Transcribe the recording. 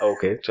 Okay